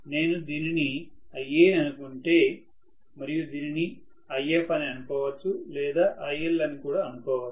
నేను దీనిని Ia అనుకుంటే మరియు దీనిని If అని అనుకోవచ్చు లేదా IL అని కూడా అనుకోవచ్చు